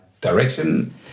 direction